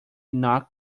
knock